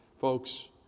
Folks